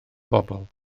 bobl